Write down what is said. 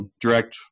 direct